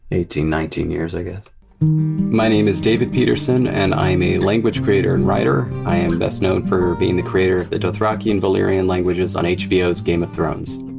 eighteen, nineteen years i guess my name is david peterson and i'm a language creator and writer. i am best known for being the creator of the dothraki and valyrian languages on hbo's game of thrones.